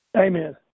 Amen